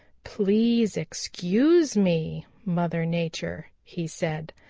please excuse me, mother nature, he said,